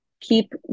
keep